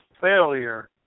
failure